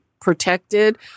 protected